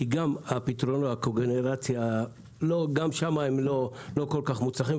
כי גם פתרון ה -- גם שם הם לא כל כך מוצלחים.